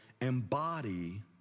embody